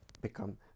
become